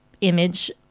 image